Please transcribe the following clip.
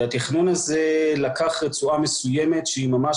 התכנון הזה לקח רצועה מסוימת שהיא ממש